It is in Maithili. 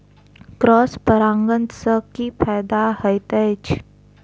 क्रॉस परागण सँ की फायदा हएत अछि?